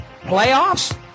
Playoffs